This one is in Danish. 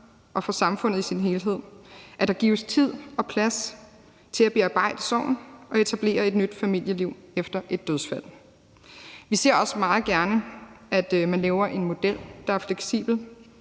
og for samfundet som helhed, at der gives tid og plads til at bearbejde sorgen og etablere et nyt familieliv efter et dødsfald. Vi ser også meget gerne, at man laver en model, der er fleksibel,